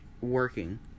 working